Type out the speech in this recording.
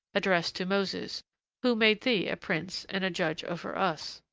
addressed to moses who made thee a prince and a judge over us